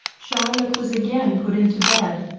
charlotte was again put into bed,